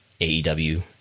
AEW